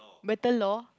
better law